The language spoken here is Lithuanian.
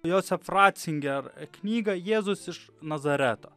josef racinger knygą jėzus iš nazareto